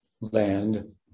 land